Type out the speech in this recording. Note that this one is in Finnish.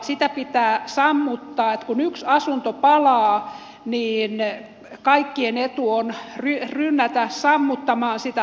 siksi pitää sammuttaa että kun yksi asunto palaa niin kaikkien etu on rynnätä sammuttamaan sitä paloa